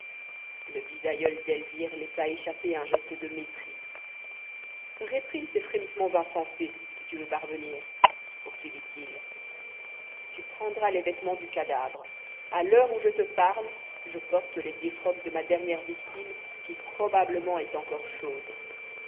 le bisaïeul d'elvire laissa échapper un geste de mépris réprime ces frémissements insensés si tu veux parvenir poursuivit-il tu prendras les vêtements du cadavre à l'heure où je te parle je porte les défroques de ma dernière victime qui probablement est encore chaude